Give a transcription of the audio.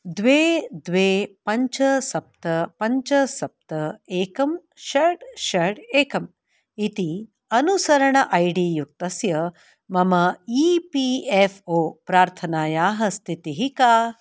द्वे द्वे पञ्च सप्त पञ्च सप्त एकं षट् षट् एकम् इति अनुसरण ऐ डी युक्तस्य मम ई पी एफ़् ओ प्रार्थनायाः स्थितिः का